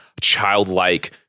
childlike